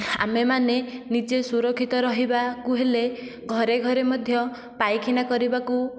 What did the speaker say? ଆମେ ମାନେ ନିଜେ ସୁରକ୍ଷିତ ରହିବାକୁ ହେଲେ ଘରେ ଘରେ ମଧ୍ୟ ପାଇଖାନା କରିବାକୁ